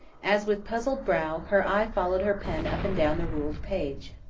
as, with puzzled brow, her eye followed her pen up and down the ruled page.